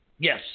Yes